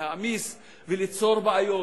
ולהעמיס וליצור בעיות,